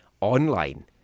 online